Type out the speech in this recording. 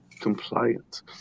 Compliant